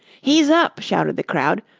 he's up, shouted the crowd.